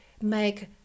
make